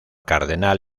cardenal